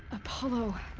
apollo.